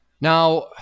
Now